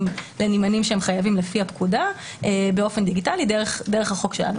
לנמענים שהם חייבים לפי הפקודה באופן דיגיטלי דרך החוק שלנו.